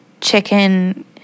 chicken